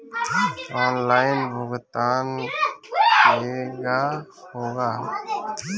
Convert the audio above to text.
Online भुगतान केगा होला?